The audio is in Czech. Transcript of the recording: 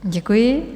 Děkuji.